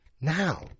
now